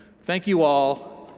thank you, all,